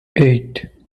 eight